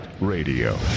radio